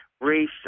race